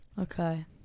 Okay